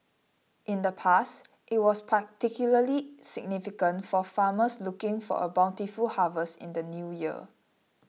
in the past it was particularly significant for farmers looking for a bountiful harvest in the New Year